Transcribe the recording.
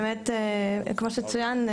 כמו שצוין,